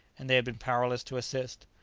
and they had been powerless to assist.